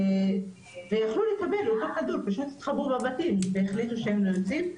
פשוט כולם התחבאו בבתים, והחליטו שהם לא יוצאים.